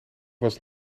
was